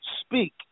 speak